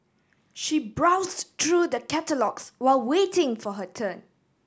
she browsed through the catalogues while waiting for her turn